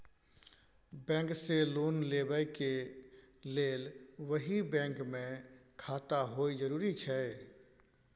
Bank से loan लेबै के लेल वही बैंक मे खाता होय जरुरी छै?